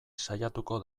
saiatuko